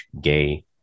gay